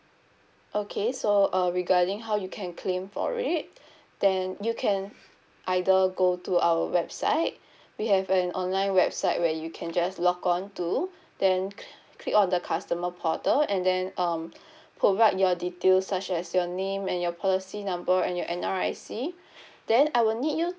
okay so uh regarding how you can claim for it then you can either go to our website we have an online website where you can just logon to then cl~ click on the customer portal and then um provide your details such as your name and your policy number and your N_R_I_C then I will need you